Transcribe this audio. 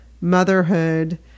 motherhood